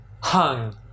hung